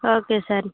okay sir